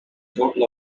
total